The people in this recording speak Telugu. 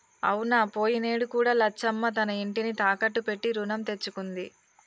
అవునా పోయినేడు కూడా లచ్చమ్మ తన ఇంటిని తాకట్టు పెట్టి రుణం తెచ్చుకుంది